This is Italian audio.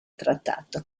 trattato